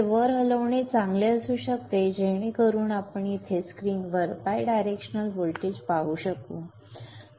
हे वर हलवणे चांगले असू शकते जेणेकरून आपण येथे स्क्रीनवर बाई डायरेक्शनल व्होल्टेज पाहू शकू